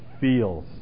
feels